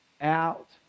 out